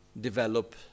develop